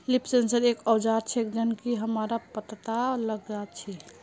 leaf sensor एक औजार छेक जननकी हमरा पत्ततात लगा छी